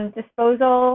disposal